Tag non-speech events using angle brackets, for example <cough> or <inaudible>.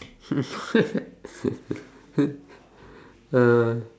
<breath> <laughs> uh